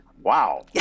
wow